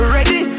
Ready